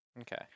Okay